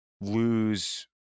lose